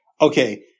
Okay